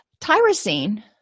Tyrosine